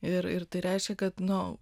ir ir tai reiškia kad nu